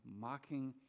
mocking